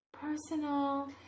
Personal